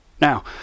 Now